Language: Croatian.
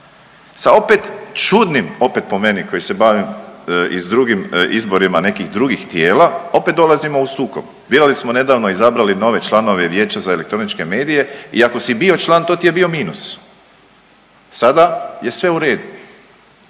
Sa opet čudnim, opet po meni koji se bavim i s drugim izborima nekih drugih tijela opet dolazimo u sukob. Birali smo nedavno, izabrali nove članove Vijeća za elektroničke medije i ako si bio član to ti je bio minus. Sada je sve u redu.